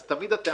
אז תמיד הטענה